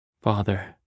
Father